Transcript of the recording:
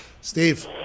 Steve